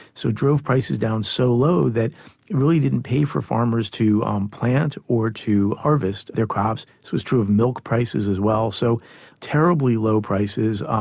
so it drove prices down so low that it really didn't pay for farmers to um plant or to harvest their crops. this was true of milk prices as well, so terribly low prices. um